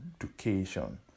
education